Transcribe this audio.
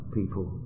people